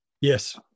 Yes